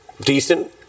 decent